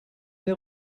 wer